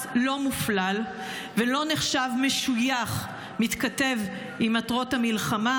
לא מופלל ולא נחשב משויך מתכתב עם מטרות המלחמה?